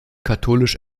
katholisch